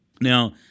Now